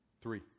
Three